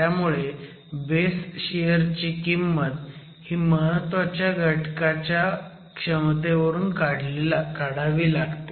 त्यामुळे base shear ची किंमत ही महत्वाच्या घटकाच्या क्षमतेवरून काढावी लागते